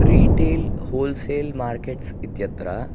retail wholesale markets इत्यत्र